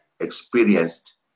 experienced